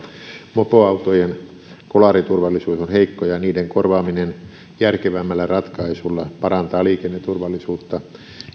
mopoautojen kolariturvallisuus on heikko ja niiden korvaaminen järkevämmällä ratkaisulla parantaa liikenneturvallisuutta